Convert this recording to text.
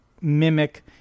mimic